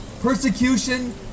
persecution